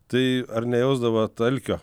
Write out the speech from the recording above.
tai ar nejausdavot alkio